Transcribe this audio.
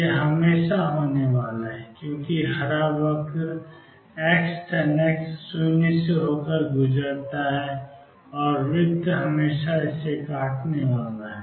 यह हमेशा होने वाला है क्योंकि हरा वक्र xtan x 0 से होकर गुजरता है और वृत्त हमेशा इसे काटने वाला है